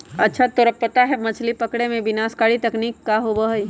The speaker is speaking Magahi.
अच्छा तोरा पता है मछ्ली पकड़े में विनाशकारी तकनीक का होबा हई?